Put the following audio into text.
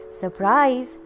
Surprise